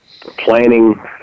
planning